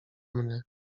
mnie